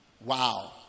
Wow